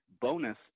bonus